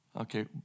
Okay